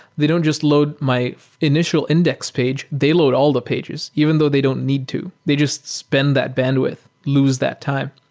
they don't just load my initial index page. they load all the pages even though they don't need to. they just spend that bandwidth, lose that time.